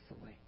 away